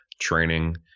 training